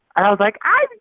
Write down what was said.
i was like, i'm